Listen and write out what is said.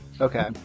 Okay